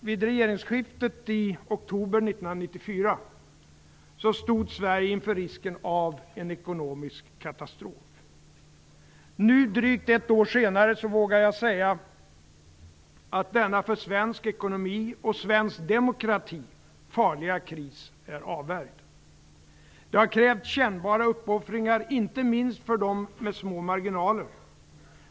Vid regeringsskiftet i oktober 1994 stod Sverige inför risken av en ekonomisk katastrof. Nu, drygt ett år senare, vågar jag säga att denna för svensk ekonomi och svensk demokrati farliga kris är avvärjd. Det har krävts kännbara uppoffringar, inte minst för dem med små marginaler.